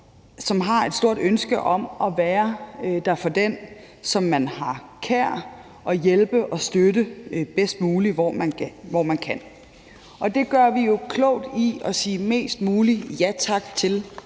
man har et stort ønske om at være der for den, som man har kær, og hjælpe og støtte bedst muligt, hvor man kan. Og det gør vi klogt i at sige mest muligt ja tak til